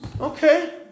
Okay